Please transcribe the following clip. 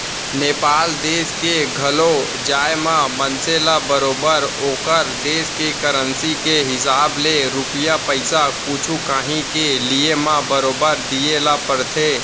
नेपाल देस के घलौ जाए म मनसे ल बरोबर ओकर देस के करेंसी के हिसाब ले रूपिया पइसा कुछु कॉंही के लिये म बरोबर दिये ल परथे